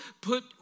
put